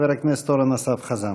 חבר הכנסת אורן אסף חזן.